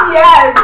yes